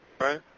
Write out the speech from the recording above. Right